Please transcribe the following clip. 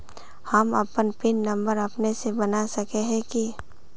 हम अपन pin number अपने से बना सके है की?